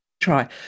Try